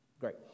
Great